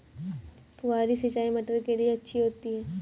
फुहारी सिंचाई मटर के लिए अच्छी होती है?